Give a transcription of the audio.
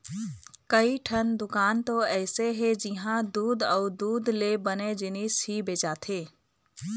कइठन दुकान तो अइसे हे जिंहा दूद अउ दूद ले बने जिनिस ही बेचाथे